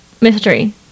mystery